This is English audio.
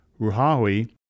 Ruhawi